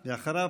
ואחריו,